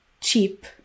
cheap